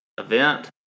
event